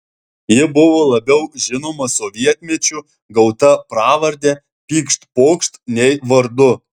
ji buvo labiau žinoma sovietmečiu gauta pravarde pykšt pokšt nei vardu